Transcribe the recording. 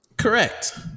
correct